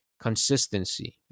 consistency